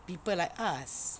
people like us